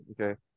Okay